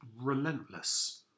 relentless